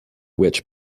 which